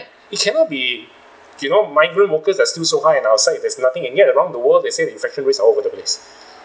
it cannot be you know migrant workers are still so high and outside it there's nothing and yet around the world they say infection rates are all over the place